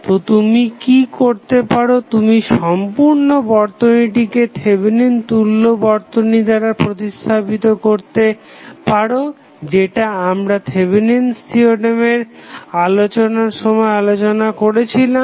তো তুমি কি করতে পারো তুমি সম্পূর্ণ বর্তনীটিকে থেভেনিন তুল্য বর্তনী দ্বারা প্রতিস্থাপিত করতে পারি যেটা আমরা থেভেনিন'স থিওরেম আলোচনার সময় আলোচনা করেছিলাম